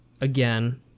again